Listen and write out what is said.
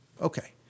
Okay